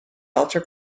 altar